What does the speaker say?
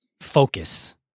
focus